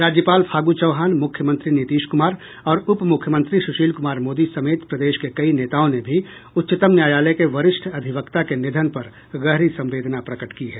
राज्यपाल फागू चौहान मुख्यमंत्री नीतीश कुमार और उपमुख्यमंत्री सुशील कुमार मोदी समेत प्रदेश के कई नेताओं ने भी उच्चतम न्यायालय के वरिष्ठ अधिवक्ता के निधन पर गहरी संवेदना प्रकट की है